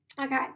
okay